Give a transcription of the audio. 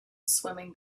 swimming